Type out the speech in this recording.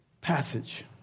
passage